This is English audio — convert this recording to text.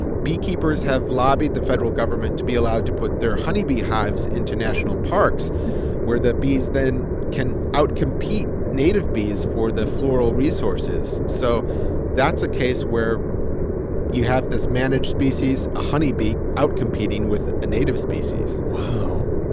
beekeepers have lobbied the federal government to be allowed to put their honeybee hives into national parks where the bees then can out-compete native bees for the floral resources. so that's a case where you have this managed species, a honeybee out competing with a native species wow.